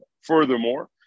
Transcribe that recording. Furthermore